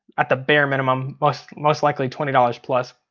at the bare minimum, most most likely twenty dollars plus,